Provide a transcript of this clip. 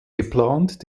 geplant